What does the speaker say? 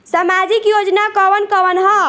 सामाजिक योजना कवन कवन ह?